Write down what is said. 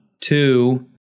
Two